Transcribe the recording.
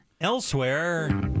Elsewhere